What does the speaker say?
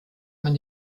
man